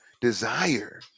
Desire